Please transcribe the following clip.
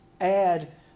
add